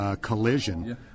collision